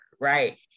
right